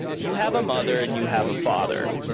you have a mother and you have a father,